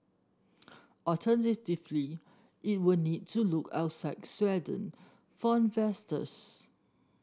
alternatively it will need to look outside Sweden for investors